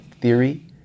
theory